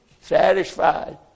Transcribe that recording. Satisfied